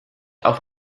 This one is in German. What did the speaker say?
auf